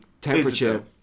temperature